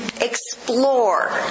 explore